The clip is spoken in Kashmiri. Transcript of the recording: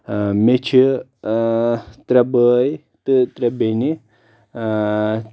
مےٚ چھِ ترٛےٚ بٲے تہٕ ترٛےٚ بیٚنہِ